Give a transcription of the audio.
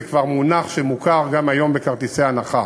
זה כבר מונח שמוכר גם היום בכרטיסי ההנחה.